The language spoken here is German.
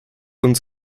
uns